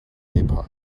nepal